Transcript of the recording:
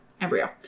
embryo